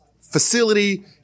facility